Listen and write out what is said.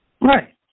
Right